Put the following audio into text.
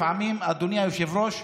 אדוני היושב-ראש,